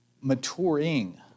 maturing